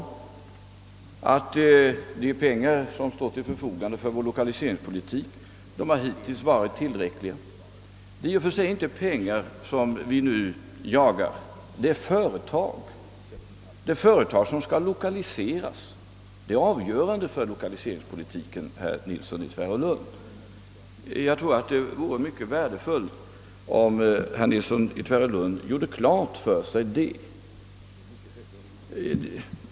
Dessa besked har ju gått ut på att de pengar som står till förfogande för 1okaliseringspolitiken hittills varit tillräckliga och att det i och för sig inte är pengar som vi nu jagar utan företag — företag som skall lokaliseras. Det är avgörande för lokaliseringspolitiken, herr Nilsson i Tvärålund. Jag tror det vore värdefullt om herr Nilsson i Tvärålund gjorde detta klart för sig.